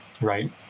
right